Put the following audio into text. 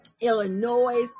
Illinois